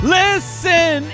listen